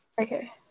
Okay